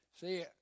See